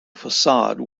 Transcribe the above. facade